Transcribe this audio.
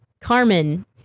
Carmen